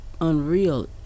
unreal